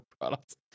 products